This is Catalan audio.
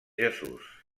jesús